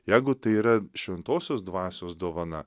jeigu tai yra šventosios dvasios dovana